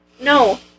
no